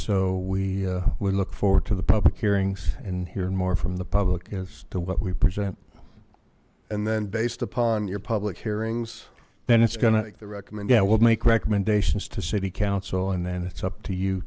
so we we look forward to the public hearings and hearing more from the public as to what we present and then based upon your public hearings then it's going to recommend yeah we'll make recommendations to city council and then it's up to you